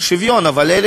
אבל אלה,